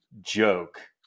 joke